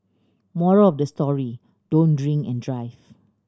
moral of the story don't drink and drive